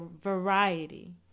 variety